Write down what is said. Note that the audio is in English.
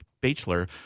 Bachelor